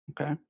Okay